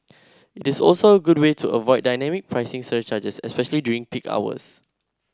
it is also a good way to avoid dynamic pricing surcharges especially during peak hours